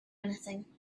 anything